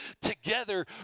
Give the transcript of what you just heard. together